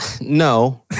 no